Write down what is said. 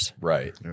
Right